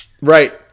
Right